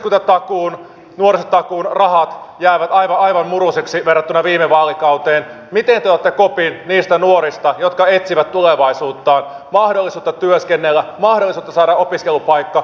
nyt kun yhteiskuntatakuun nuorisotakuun rahat jäävät aivan murusiksi verrattuna viime vaalikauteen miten te otatte kopin niistä nuorista jotka etsivät tulevaisuuttaan mahdollisuutta työskennellä mahdollisuutta saada opiskelupaikka